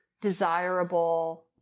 desirable